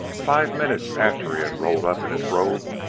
five minutes after he had rolled up in his robe,